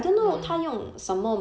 mm